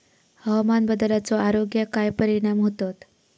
हवामान बदलाचो आरोग्याक काय परिणाम होतत?